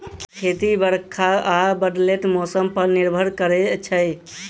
खेती बरखा आ बदलैत मौसम पर निर्भर करै छै